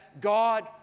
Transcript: God